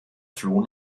floh